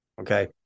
Okay